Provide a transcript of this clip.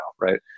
right